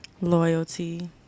Loyalty